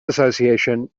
association